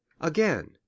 Again